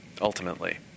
ultimately